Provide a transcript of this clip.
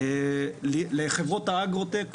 לחברות האגרוטק.